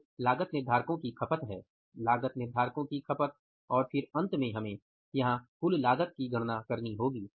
फिर लागत निर्धारकों की खपत है लागत निर्धारकों की खपत और फिर हमें अंत में हमें यहां कुल लागत की गणना करनी होगी